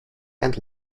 and